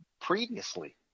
previously